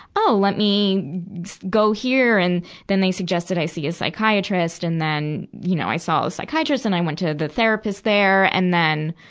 oh, let me go here. and then they suggested i see a psychiatrist. and then, you know, i saw a psychiatrist. and i went to the therapist there. and then,